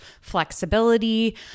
flexibility